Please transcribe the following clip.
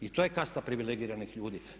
I to je kasta privilegiranih ljudi.